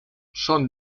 son